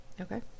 Okay